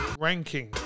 Ranking